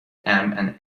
and